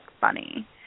funny